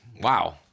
wow